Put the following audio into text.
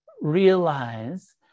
realize